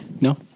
No